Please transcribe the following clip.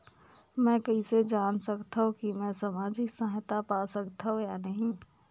मै कइसे जान सकथव कि मैं समाजिक सहायता पा सकथव या नहीं?